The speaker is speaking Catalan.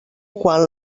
quan